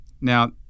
now